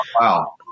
Wow